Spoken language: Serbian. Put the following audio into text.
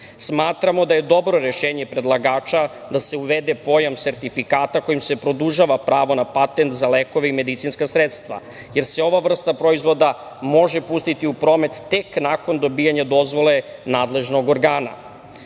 putu. Smatramo da je dobro rešenje predlagača da se uvede pojam sertifikata kojim se produžava pravo na patent, za lekove i medicinska sredstva, jer se ova vrsta proizvoda može pustiti u promet tek nakon dobijanja dozvole nadležnog organa. Taj